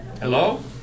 Hello